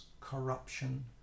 corruption